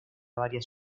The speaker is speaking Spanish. varias